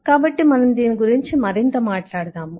కాబట్టి మనము దీని గురించి మరింత మాట్లాడదాము